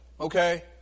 Okay